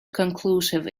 conclusive